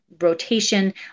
rotation